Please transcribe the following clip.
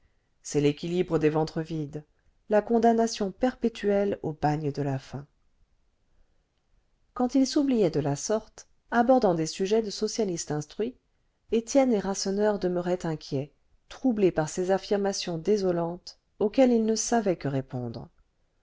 c'est l'équilibre des ventres vides la condamnation perpétuelle au bagne de la faim quand il s'oubliait de la sorte abordant des sujets de socialiste instruit étienne et rasseneur demeuraient inquiets troublés par ses affirmations désolantes auxquelles ils ne savaient que répondre